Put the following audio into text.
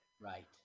Right